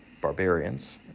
barbarians